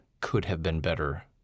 could-have-been-better